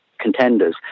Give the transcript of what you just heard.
Contenders